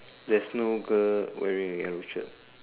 there's no girl wearing a yellow shirt